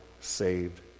saved